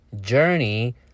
journey